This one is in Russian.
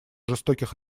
жестоких